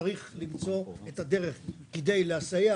צריך למצוא את הדרך כדי לסייע.